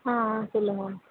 ஆ சொல்லுங்க